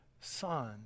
Son